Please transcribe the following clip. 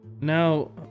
Now